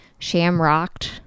Shamrocked